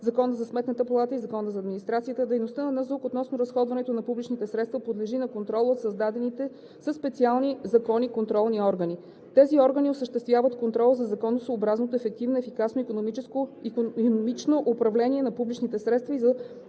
Закона за Сметната палата и Закона за администрацията дейността на НЗОК относно разходването на публичните средства подлежи на контрол от създадените със специални закони контролни органи. Тези органи осъществяват контрол за законосъобразното, ефективно, ефикасно и икономично управление на публичните средства и за